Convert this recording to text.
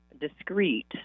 discreet